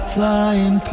flying